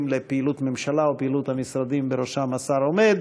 לפעילות ממשלה או פעילות המשרדים בראשם השר עומד.